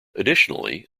additionally